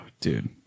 dude